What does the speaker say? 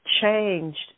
changed